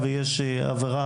לא משנה אם זה מילולית או פיזית,